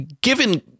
Given